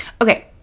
okay